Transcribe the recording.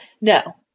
no